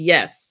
Yes